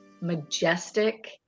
majestic